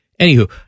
Anywho